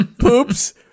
poops